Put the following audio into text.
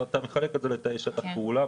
אתה מחלק לתאי שטח פעולה,